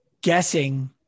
guessing